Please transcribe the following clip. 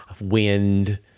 wind